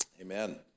Amen